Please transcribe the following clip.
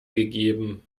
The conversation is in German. gegeben